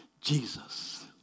Jesus